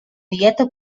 dieta